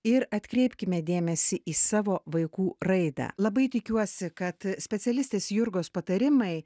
ir atkreipkime dėmesį į savo vaikų raidą labai tikiuosi kad specialistės jurgos patarimai